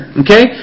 okay